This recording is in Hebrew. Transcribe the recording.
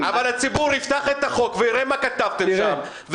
אבל הציבור יפתח את החוק ויראה מה כתבתם שם,